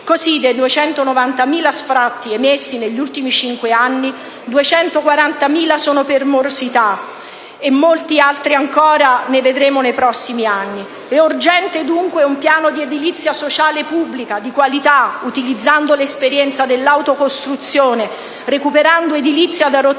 Così dei 290.000 sfratti emessi negli ultimi cinque anni, ben 240.000 sono per morosità e molti altri ancora ne vedremo nei prossimi anni. È urgente dunque un piano di edilizia sociale pubblica di qualità, utilizzando l'esperienza dell'autocostruzione, recuperando edilizia da rottamare